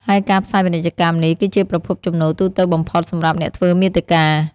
ហើយការផ្សាយពាណិជ្ជកម្មនេះ គឺជាប្រភពចំណូលទូទៅបំផុតសម្រាប់អ្នកធ្វើមាតិកា។